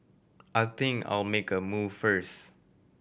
I think I'll make a move first